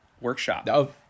workshop